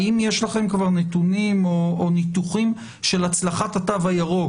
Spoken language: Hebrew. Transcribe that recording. האם יש לכם כבר נתונים או ניתוחים של הצלחת התו הירוק?